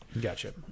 gotcha